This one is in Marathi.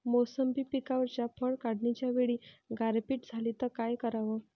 मोसंबी पिकावरच्या फळं काढनीच्या वेळी गारपीट झाली त काय कराव?